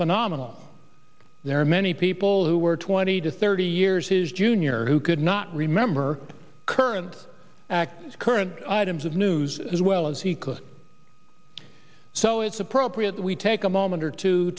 phenomenal there are many people who were twenty to thirty years his junior who could not remember current acts current items of news as well as he could so it's appropriate that we take a moment or t